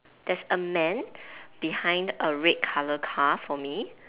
there's a man behind a red colour car for me